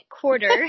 quarter